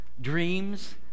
dreams